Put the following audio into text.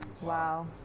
Wow